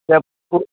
app ᱠᱩ